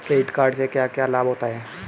Credit card से क्या क्या लाभ होता है?